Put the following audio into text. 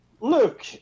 look